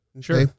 Sure